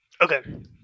Okay